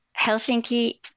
Helsinki